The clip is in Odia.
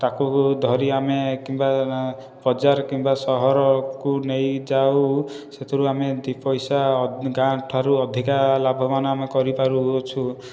ତାକୁ ଧରି ଆମେ କିମ୍ବା ବଜାର କିମ୍ବା ସହରକୁ ନେଇଯାଉ ସେଥିରୁ ଆମେ ଦୁଇ ପଇସା ଗାଁ ଠାରୁ ଅଧିକ ଲାଭବାନ ଆମେ କରିପାରୁଅଛୁ